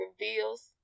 reveals